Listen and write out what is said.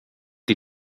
die